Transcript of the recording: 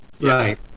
Right